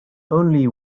only